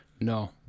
No